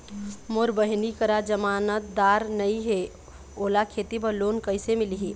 मोर बहिनी करा जमानतदार नई हे, ओला खेती बर लोन कइसे मिलही?